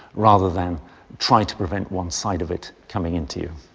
rather than try to prevent one side of it coming into you.